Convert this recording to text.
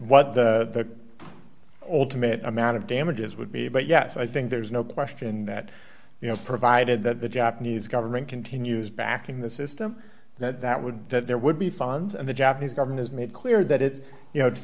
what the all to me that amount of damages would be but yes i think there's no question that you know provided that the japanese government continues backing the system that would that there would be funds and the japanese government has made clear that it's you know to